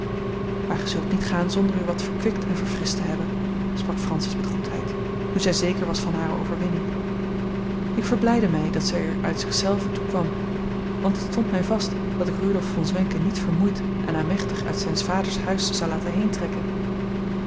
maar gij zult niet gaan zonder u wat verkwikt en verfrischt te hebben sprak francis met goedheid nu zij zeker was van hare overwinning ik verblijdde mij dat zij er uit zich zelve toe kwam want het stond bij mij vast dat ik rudolf von zwenken niet vermoeid en aemechtig uit zijns vaders huis zou laten heentrekken